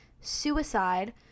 suicide